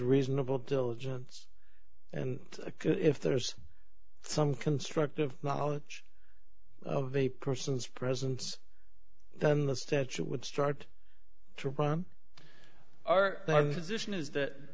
reasonable diligence and if there's some constructive knowledge of a person's presence then the statute would start to run our